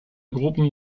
gruppen